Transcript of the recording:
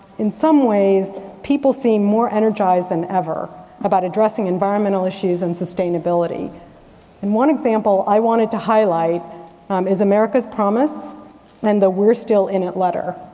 in some ways, people seem more energized than ever about addressing environmental issues and sustainability and sustainability. one example i wanted to highlight is america's promise and the we are still in it letter.